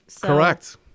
correct